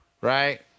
Right